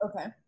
Okay